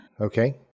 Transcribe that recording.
Okay